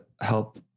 help